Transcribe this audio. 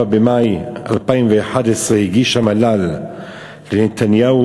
ב-24 במאי 2011 הגיש המל"ל לנתניהו